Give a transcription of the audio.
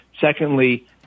Secondly